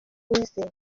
uwizeye